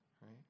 right